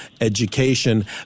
education